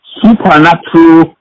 supernatural